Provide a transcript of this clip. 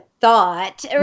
thought